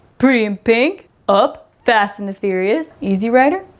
pretty in pink? up? fast and the furious? easy rider?